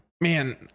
man –